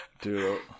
dude